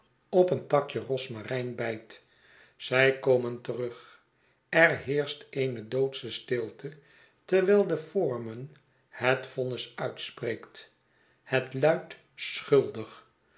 op een takje rosmarijn bij t zij komen terug er heerscht eene doodsche stilte terwijl de foreman het vonnis uitspreekt het luidt schuldig